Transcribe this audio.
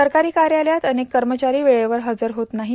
सरकारी कार्यालयात अनेक कर्मचारी वेळेवर हजर होत नाहीत